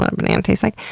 um banana tastes like,